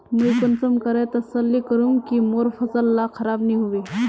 मुई कुंसम करे तसल्ली करूम की मोर फसल ला खराब नी होबे?